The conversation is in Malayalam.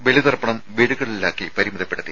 ബലിതർപ്പണം വീടുകളിലാക്കി പരിമിതപ്പെടുത്തി